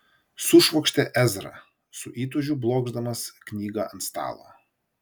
sušvokštė ezra su įtūžiu blokšdamas knygą ant stalo